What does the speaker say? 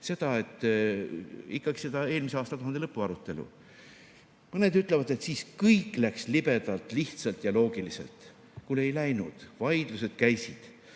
eraldi, ikkagi seda eelmise aastatuhandelõpu arutelu. Mõned ütlevad, et siis läks kõik libedalt, lihtsalt ja loogiliselt. Ei läinud, vaidlused käisid.